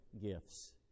gifts